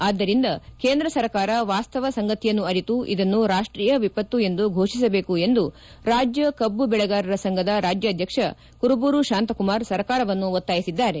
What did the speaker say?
ಆದ್ದರಿಂದ ಕೇಂದ್ರ ಸರ್ಕಾರ ವಾಸ್ತವ ಸಂಗತಿಯನ್ನು ಅರಿತು ಇದನ್ನು ರಾಷ್ಟೀಯ ವಿಪತ್ತು ಎಂದು ಘೋಷಿಸಬೇಕು ಎಂದು ರಾಜ್ಯ ಕಬ್ಬು ಬೆಳೆಗಾರರ ಸಂಘದ ರಾಜ್ಯಾಧ್ವಕ್ಷ ಕುರುಬೂರು ಶಾಂತಕುಮಾರ್ ಸರ್ಕಾರವನ್ನು ಒತ್ತಾಯಿಸಿದ್ದಾರೆ